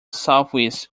southeast